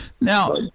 now